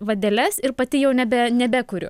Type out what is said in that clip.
vadeles ir pati jau nebe nebekuriu